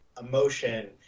emotion